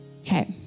Okay